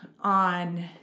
on